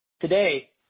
Today